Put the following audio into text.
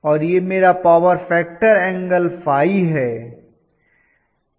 और यह मेरा पावर फैक्टर एंगल ϕ है